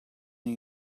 new